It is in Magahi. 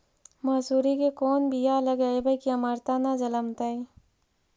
मसुरी के कोन बियाह लगइबै की अमरता न जलमतइ?